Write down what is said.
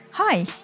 Hi